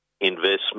Investment